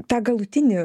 tą galutinį